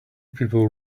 people